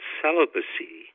celibacy